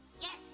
Yes